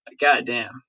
Goddamn